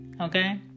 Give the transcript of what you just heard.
Okay